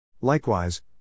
Likewise